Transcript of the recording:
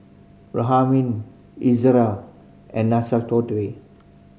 Ezerra and